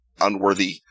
unworthy